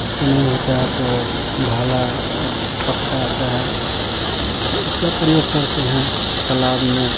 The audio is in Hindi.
उससे नहीं होता है तो भाला एक पक्षा आता है उसका प्रयोग करते हैं तलाब में